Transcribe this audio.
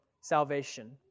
salvation